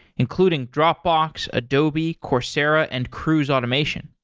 including dropbox, adobe, coursera and cruise automation.